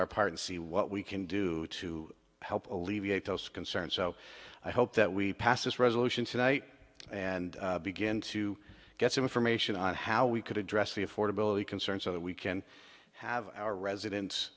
our part and see what we can do to help alleviate those concerns so i hope that we pass this resolution tonight and begin to get some information on how we could address the affordability concerns so that we can have our residen